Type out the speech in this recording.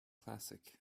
classic